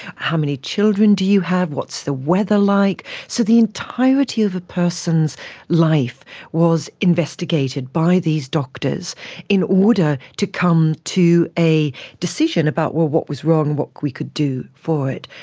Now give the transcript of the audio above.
how many children do you have, what's the weather like? so the entirety of a person's life was investigated by these doctors in order to come to a decision about what was wrong, what we could do for it.